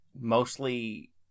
mostly